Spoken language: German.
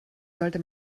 sollte